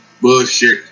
bullshit